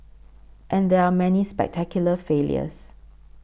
and there are many spectacular failures